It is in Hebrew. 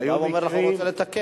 הוא גם אומר לך שהוא רוצה לתקן,